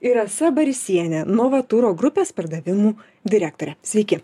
ir rasa barisienė novaturo grupės pardavimų direktorė sveiki